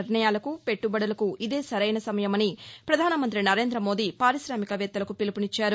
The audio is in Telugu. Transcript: నిర్ణయాలకు పెట్టబడులకు ఇదే సరైన సమయమని పధాన మంతి నరేంద మోదీ పార్కిశామిక వేత్తలకు పీలుపునిచ్చారు